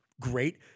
great